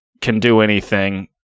can-do-anything